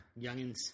Youngins